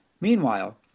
Meanwhile